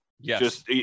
Yes